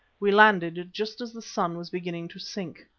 we landed just as the sun was beginning to sink.